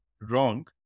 wrong